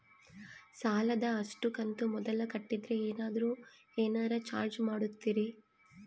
ಸಾಲದ ಅಷ್ಟು ಕಂತು ಮೊದಲ ಕಟ್ಟಿದ್ರ ಏನಾದರೂ ಏನರ ಚಾರ್ಜ್ ಮಾಡುತ್ತೇರಿ?